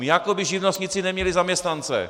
Jako by živnostníci neměli zaměstnance!